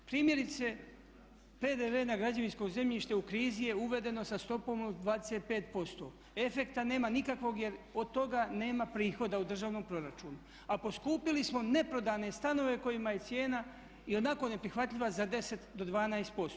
Primjerice PDV na građevinsko zemljište u krizi je uvedeno sa stopom od 25%, efekta nema nikakvog jer od toga nema prihoda u državnom proračunu, a poskupili smo neprodane stanove kojima je cijena i onako neprihvatljiva za 10 do 12%